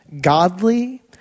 godly